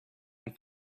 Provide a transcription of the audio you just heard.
and